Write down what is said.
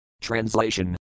Translation